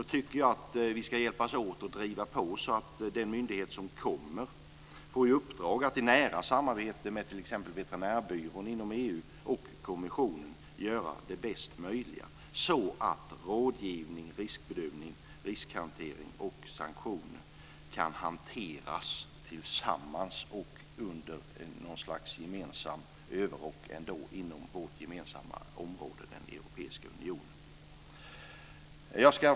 Då tycker jag att vi ska hjälpas åt att driva på så att den myndighet som kommer får i uppdrag att i nära samarbete med t.ex. veterinärbyrån inom EU och kommissionen göra det bästa möjliga så att rådgivning, riskbedömning, riskhantering och sanktioner kan hanteras tillsammans och under något slags gemensam överrock inom vårt gemensamma område, den europeiska unionen.